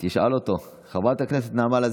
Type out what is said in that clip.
על מי הוא מדבר?